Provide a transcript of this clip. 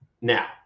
Now